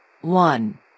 One